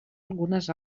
algunes